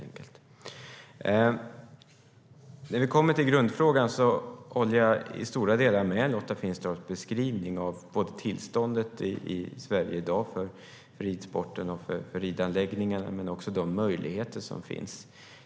När vi kommer till grundfrågan håller jag i stora delar med Lotta Finstorps beskrivning av tillståndet i Sverige i dag för ridsporten och för ridanläggningarna men också de möjligheter som finns.